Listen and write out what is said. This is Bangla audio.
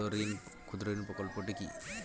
ক্ষুদ্রঋণ প্রকল্পটি কি?